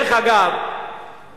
העולם כולו